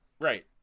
Right